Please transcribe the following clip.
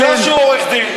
כי הוא עורך-דין,